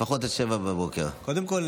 לפחות עד 07:00. קודם כול,